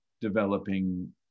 developing